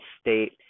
state